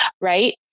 right